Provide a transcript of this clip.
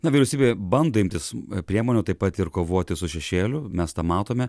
na vyriausybė bando imtis priemonių taip pat ir kovoti su šešėliu mes tą matome